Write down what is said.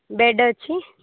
bed ଅଛି